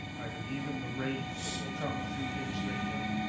i believe in the rain that will come a few days later.